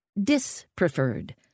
dispreferred